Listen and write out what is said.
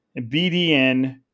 BDN